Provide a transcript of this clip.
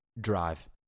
drive